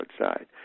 outside